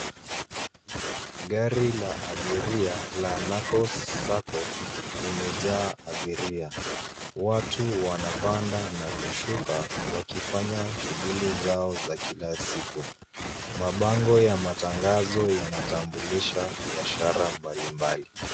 Gari la abiria la NAKOS SACCO limejaa abiria. Watu wanapanda na kushuka, wakifanya shughuli zao za kila siku. Mabango ya matangazo yanatambulisha biashara mbalimbali.